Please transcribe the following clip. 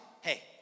hey